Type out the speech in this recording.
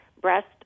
breast